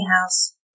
house